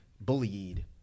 bullied